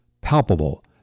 palpable